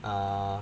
uh